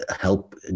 help